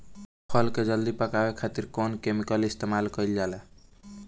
फल के जल्दी पकावे खातिर कौन केमिकल इस्तेमाल कईल जाला?